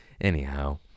Anyhow